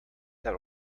that